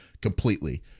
completely